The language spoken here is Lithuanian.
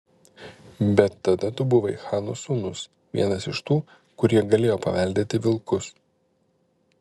bet tada tu buvai chano sūnus vienas iš tų kurie galėjo paveldėti vilkus